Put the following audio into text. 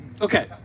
Okay